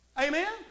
Amen